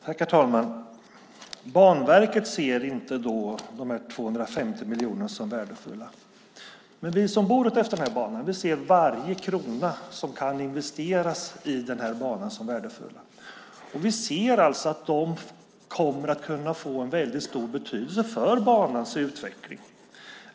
Herr talman! Banverket ser då inte de 250 miljonerna som värdefulla, men vi som bor längs den här banan ser varje krona som kan investeras i den som värdefull. Vi ser att de kommer att kunna få en väldigt stor betydelse för banans utveckling.